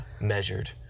Measured